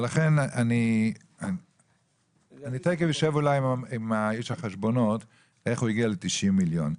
אני תכף אשב עם איש החשבונות כדי לדעת איך הוא הגיע ל-90 מיליון שקלים.